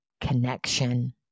connection